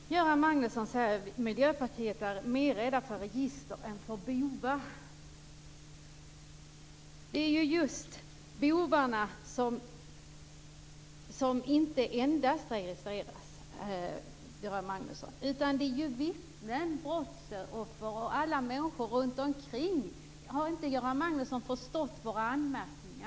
Herr talman! Göran Magnusson säger att vi i Miljöpartiet är mer rädda för register än för bovar. Det är ju inte endast bovarna som registreras, Göran Magnusson. Det är ju vittnen, brottsoffer och alla människor runt omkring. Har inte Göran Magnusson förstått våra anmärkningar?